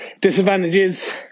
Disadvantages